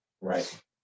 Right